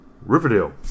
Riverdale